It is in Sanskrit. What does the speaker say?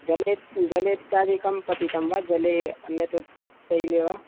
जले जले इत्यादिकं पतितं वा जले अन्यत् तैले वा